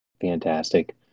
Fantastic